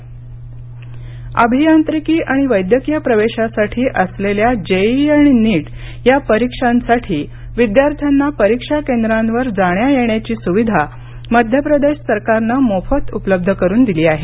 परीक्षा केंद्र अभियांत्रिकी आणि वैद्यकीय प्रवेशासाठी असलेल्या जेईई आणि नीट या परिक्षांसाठी विद्यार्थ्यांना परिक्षा केंद्रांवर जाण्या येण्याची सुविधा मध्यप्रदेश सरकारनं मोफत उपलब्ध करुन दिली आहे